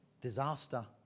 Disaster